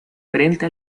frente